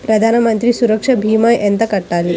ప్రధాన మంత్రి సురక్ష భీమా ఎంత కట్టాలి?